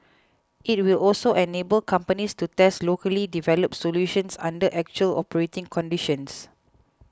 it will also enable companies to test locally developed solutions under actual operating conditions